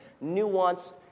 nuance